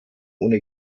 ohne